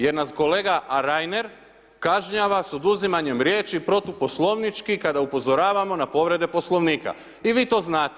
Jer nas kolega Reiner kažnjava sa oduzimanjem riječi protu poslovnički kada upozoravamo na povrede poslovnika i vi to znate.